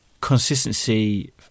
consistency